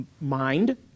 mind